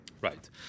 Right